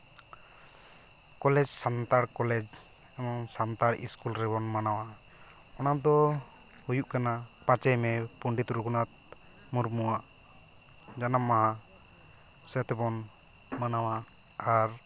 college Santal college ᱦᱚᱸ Santal school ᱨᱮᱵᱚᱱ ᱢᱟᱱᱟᱣᱟ ᱚᱱᱟ ᱫᱚ ᱦᱩᱭᱩᱜ ᱠᱟᱱᱟ ᱯᱟᱸᱪᱮᱭ ᱢᱮ ᱯᱚᱱᱰᱤᱛ ᱨᱟᱹᱜᱷᱩᱱᱟᱛᱷ ᱢᱩᱨᱢᱩᱣᱟᱜ ᱡᱟᱱᱟᱢ ᱢᱟᱦᱟ ᱥᱮ ᱛᱮᱵᱚᱱ ᱢᱟᱱᱟᱣᱟ ᱟᱨ